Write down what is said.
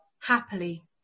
Happily